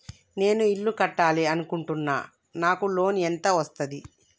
నేను ఇల్లు కట్టాలి అనుకుంటున్నా? నాకు లోన్ ఎంత వస్తది?